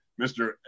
Mr